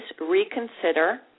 reconsider